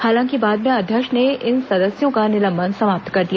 हालांकि बाद में अध्यक्ष ने इन सदस्यों का निलंबन समाप्त कर दिया